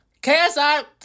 KSI